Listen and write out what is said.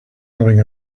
having